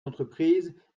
d’entreprise